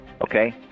Okay